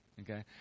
Okay